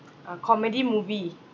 a comedy movie